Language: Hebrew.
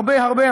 הרבה הרבה.